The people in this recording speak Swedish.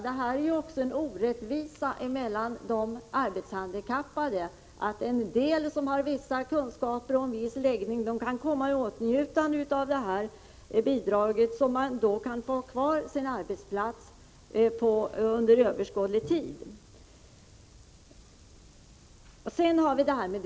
Det är ju också orättvist de arbetshandikappade emellan, att en del som har vissa kunskaper och en viss läggning kan komma i åtnjutande av bidrag så att de kan få vara kvar på sin arbetsplats under överskådlig tid, medan andra får byta arbetsplats.